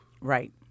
Right